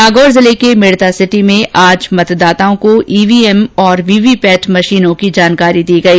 नागौर जिले के मेड़तासिटी में आज मतदाताओं को ईवीएम और वीवीपैट मशीनों की जानकारी दी गई